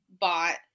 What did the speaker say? bought